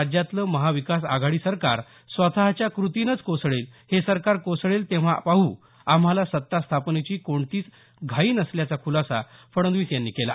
राज्यातलं महाविकास आघाडी सरकार स्वतःच्या कृतीनेच कोसळेल हे सरकार कोसळेल तेंव्हा पाहू आम्हाला सत्ता स्थापनेची कोणतीच घाई नसल्याचा खुलासा फडणवीस यांनी केला